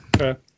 okay